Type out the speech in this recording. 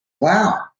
wow